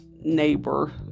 Neighbor